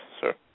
sir